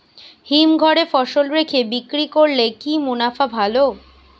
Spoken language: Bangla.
হিমঘরে ফসল রেখে বিক্রি করলে কি মুনাফা ভালো?